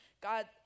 God